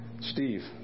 Steve